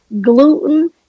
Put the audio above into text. gluten